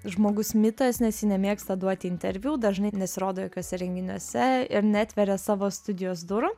žmogus mitas nes ji nemėgsta duoti interviu dažnai nesirodo jokiuose renginiuose ir neatveria savo studijos durų